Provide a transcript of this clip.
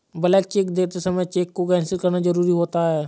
blank cheque देते समय cheque को कैंसिल करना जरुरी होता है